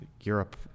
Europe